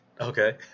Okay